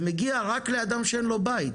זה מגיע רק לאדם שאין לו בית.